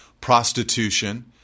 prostitution